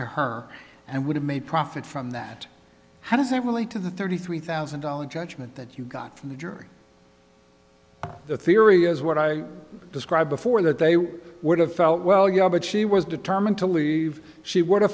to her and would have made profit from that how does that relate to the thirty three thousand dollars judgment that you got from the jury the theory is what i described before that they would have felt well yeah but she was determined to leave she would have